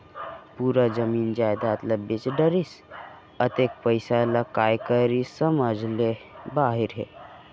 पूरा जमीन जयजाद ल बेच डरिस, अतेक पइसा ल काय करिस समझ ले बाहिर हे